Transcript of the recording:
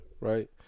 right